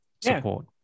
support